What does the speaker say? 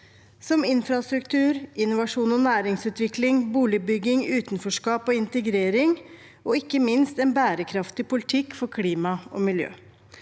som infrastruktur, innovasjon og næringsutvikling, boligbygging, utenforskap og integrering – og ikke minst en bærekraftig politikk for klima og miljø.